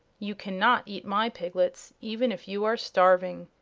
you cannot eat my piglets, even if you are starving,